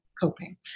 coping